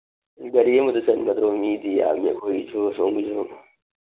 ꯒꯥꯔꯤ ꯑꯃꯗ ꯆꯟꯒꯗ꯭ꯔꯣ ꯃꯤꯗꯤ ꯌꯥꯝꯃꯤ ꯑꯩꯈꯣꯏꯁꯨ ꯑꯁꯣꯝꯒꯤꯁꯨ